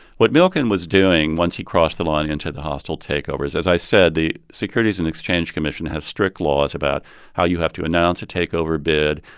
what milken was doing once he crossed the line into the hostile takeovers as i said, the securities and exchange commission has strict laws about how you have to announce a takeover bid,